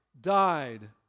died